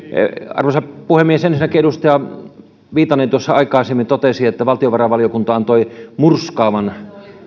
arvoisa puhemies ensinnäkin edustaja viitanen tuossa aikaisemmin totesi että valtiovarainvaliokunta antoi murskaavan